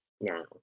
now